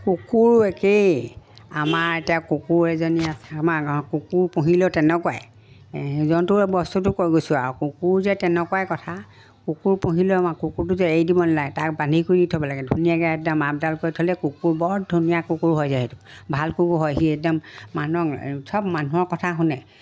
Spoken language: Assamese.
কুকুৰ একেই আমাৰ এতিয়া কুকুৰ এজনী আমাৰ কুকুৰ পুহিলেও তেনেকুৱাই জন্তুৰ বস্তুটো কৈ গৈছোঁ আৰু কুকুৰ যে তেনেকুৱাই কথা কুকুৰ পুহিলেও আমাৰ কুকুৰটো যে এৰি দিব নালাগে তাক বান্ধি কৰি থ'ব লাগে ধুনীয়াকৈ একদম আপডাল কৰি থ'লে কুকুৰ বৰ ধুনীয়া কুকুৰ হৈ যায় সেইটো ভাল কুকুৰ হয় সি একদম মানুহক চব মানুহৰ কথা শুনে